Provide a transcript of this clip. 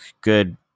good